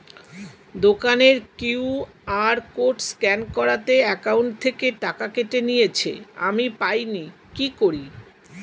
দোকানের QR code scan করাতে account থেকে টাকা কেটে নিয়েছে, আমি পাইনি কি করি?